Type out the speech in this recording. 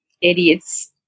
Idiots